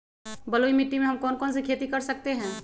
बलुई मिट्टी में हम कौन कौन सी खेती कर सकते हैँ?